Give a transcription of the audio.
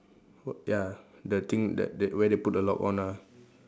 w~ ya the thing that that where they put the lock on ah